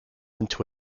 into